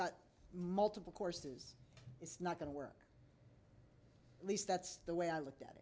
got multiple courses is not going to work at least that's the way i looked at